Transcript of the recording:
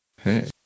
Hey